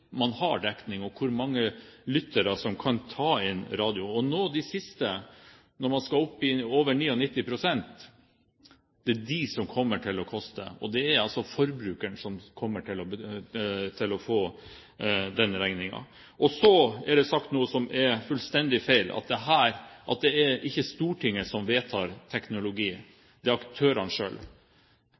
man har dekning, og hvor mange lyttere som kan ta inn radio. Å nå de siste – når man skal opp i over 99 pst. – er det som kommer til å koste, og det er forbrukeren som kommer til å få denne regningen. Så er det sagt noe som er fullstendig feil – at det ikke er Stortinget som vedtar teknologien, men aktørene selv. Det burde være ganske enkelt for alle som er i denne salen, å skjønne følgende: Det er